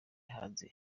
hanze